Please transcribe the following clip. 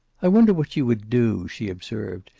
i wonder what you would do, she observed,